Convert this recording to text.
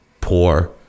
poor